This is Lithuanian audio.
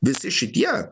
visi šitie